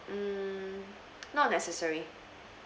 mm not necessary